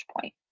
point